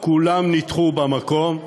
כולן נדחו במקום.